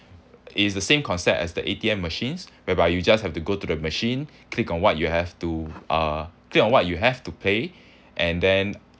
it's the same concept as the A_T_M machines whereby you just have to go to the machine click on what you have to uh click on what you have to pay and then